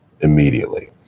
immediately